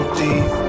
deep